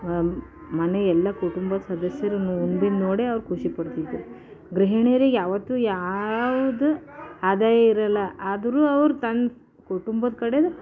ಹಾಂ ಮನೆಯ ಎಲ್ಲ ಕುಟುಂಬದ ಸದಸ್ಯರು ಉಂಡಿದ್ದು ನೋಡೇ ಅವ್ರು ಖುಷಿ ಪಡ್ತಿದ್ದರು ಗೃಹಿಣಿಯರಿಗೆ ಯಾವತ್ತು ಯಾವ್ದೂ ಆದಾಯ ಇರಲ್ಲ ಆದ್ರೂ ಅವ್ರು ತನ್ನ ಕುಟುಂಬದ ಕಡೆ